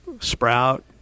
sprout